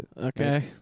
Okay